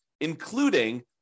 including